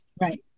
Right